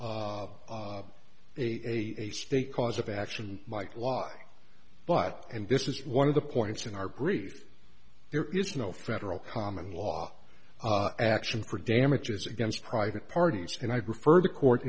a stake cause of action might lie but and this is one of the points in our brief there is no federal common law action for damages against private parties and i prefer the court